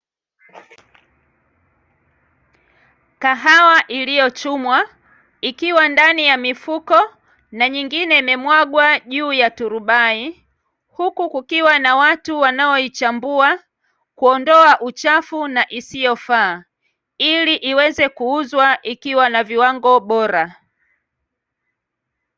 Kahawa iliyochumwa ikiwa ndani ya mifuko na nyingine imemwagwa juu ya turubai . huku kukiwa na watu wanaoichambua kuondoa uchafu na isiyofaa. Ili iwezwe kuuzwa ikiwa na viwango bora